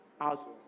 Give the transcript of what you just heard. out